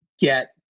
get